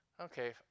Okay